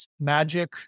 magic